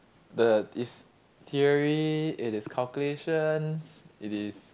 the is theory it is calculations it is